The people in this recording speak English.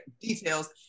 details